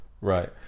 right